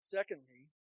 Secondly